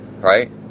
right